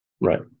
Right